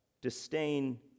Disdain